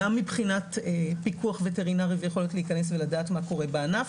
גם מבחינת פיקוח וטרינרי ויכולת להיכנס ולדעת מה קורה בענף,